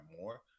more